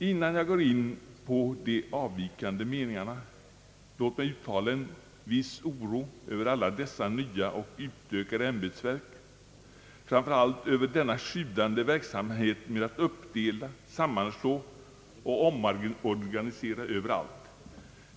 Innan jag går in på de avvikande meningarna, låt mig uttala en viss oro över alla dessa nya och utökade ämbetsverk, framför allt över denna sjudande verksamhet med att uppdela, sammanslå och omorganisera överallt.